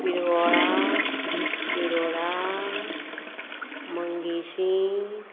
Pirvola Shiroda Mangeshi